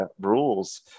rules